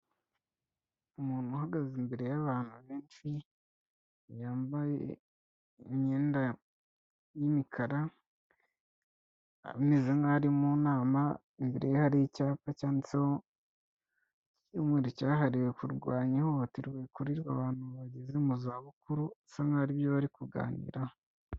Umuntu uhagaze imbere y'abantu benshi yambaye imyenda y'imikara, ameze nkaho ari mu nama, imbere ye hari icyapa cyanditseho ''Ihuriro ryahariwe kurwanya ihohoterwa rikorerwa abantu bageze mu za bukuru'' asa nkaho aribyo bari kuganiraraho.